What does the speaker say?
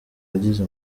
yagize